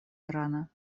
ирана